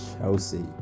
Chelsea